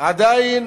עדיין